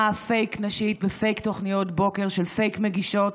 פייק נשית בפייק תוכניות בוקר של פייק מגישות